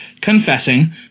confessing